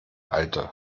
alte